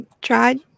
tried